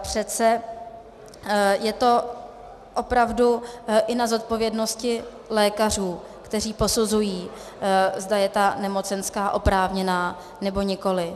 Přece je to opravdu i na zodpovědnosti lékařů, kteří posuzují, zda je ta nemocenská oprávněná, nebo nikoli.